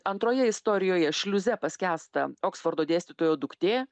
antroje istorijoje šliuze paskęsta oksfordo dėstytojo duktė